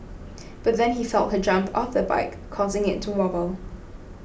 but then he felt her jump off the bike causing it to wobble